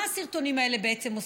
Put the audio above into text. מה הסרטונים האלה בעצם עושים?